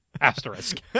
Asterisk